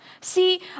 See